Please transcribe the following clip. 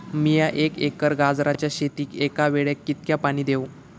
मीया एक एकर गाजराच्या शेतीक एका वेळेक कितक्या पाणी देव?